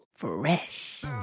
fresh